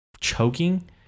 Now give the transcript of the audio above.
choking